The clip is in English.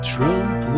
Trump